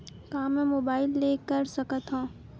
का मै मोबाइल ले कर सकत हव?